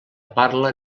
parla